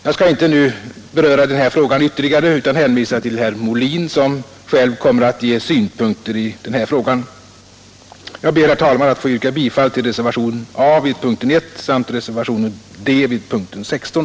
Jag skall inte nu beröra den frågan ytterligare, utan hänvisar till herr Molin, som själv kommer att ge synpunkter i denna fråga. Jag ber, herr talman, att få yrka bifall till reservationen A vid punkten 1 samt reservationen D vid punkten 16.